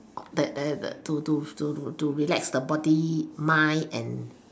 that that to to to to to relax the body mind and